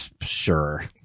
sure